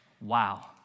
Wow